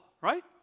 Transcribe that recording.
right